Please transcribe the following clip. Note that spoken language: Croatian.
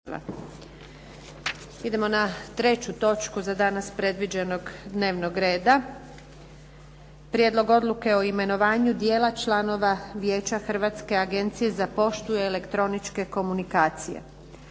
Idem na treću točku za danas predviđenog dnevnog reda - Prijedlog odluke o imenovanju dijela članova Vijeća Hrvatske agencije za poštu i elektroničke komunikacije